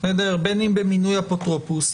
בין אם במינוי אפוטרופוס,